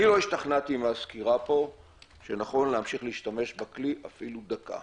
אני לא השתכנעתי מהסקירה פה שנכון להמשיך להשתמש בכלי אפילו דקה.